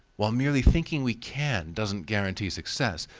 while merely thinking we can doesn't guarantee success,